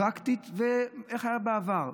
פרקטית, מאיך שהיה בעבר?